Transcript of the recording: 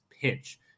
pinch